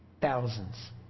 thousands